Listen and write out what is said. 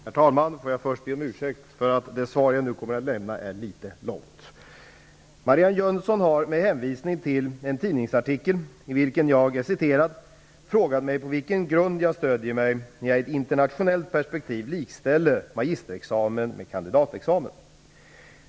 Herr talman! Låt mig först be om ursäkt för att det svar som jag nu kommer att lämna är litet långt. Marianne Jönsson har -- med hänvisning till en tidningsartikel i vilken jag är citerad -- frågat mig på vilken grund jag stöder mig när jag i ett internationellt perspektiv likställer magisterexamen med kandidatexamen.